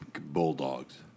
bulldogs